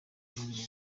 uruhare